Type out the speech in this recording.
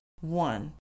one